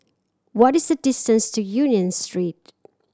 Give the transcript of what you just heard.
what is the distance to Union Street